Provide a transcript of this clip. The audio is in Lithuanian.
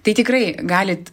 tai tikrai galit